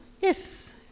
Yes